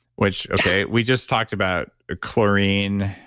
which, okay, we just talked about a chlorine,